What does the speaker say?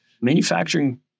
manufacturing